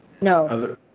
No